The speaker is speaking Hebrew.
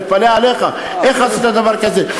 גנבים, אני מתפלא עליך, איך עשית דבר כזה.